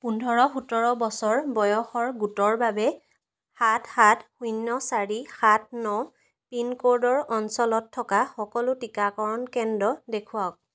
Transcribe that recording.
পোন্ধৰ সোতৰ বছৰ বয়সৰ গোটৰ বাবে সাত সাত শূন্য চাৰি সাত ন পিনক'ডৰ অঞ্চলত থকা সকলো টীকাকৰণ কেন্দ্ৰ দেখুৱাওক